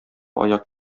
аяк